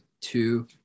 two